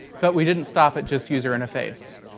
but we didn't stop at just user interface.